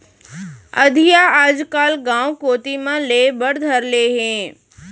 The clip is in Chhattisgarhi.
अधिया आजकल गॉंव कोती म लेय बर धर ले हें